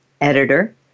editor